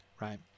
right